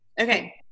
okay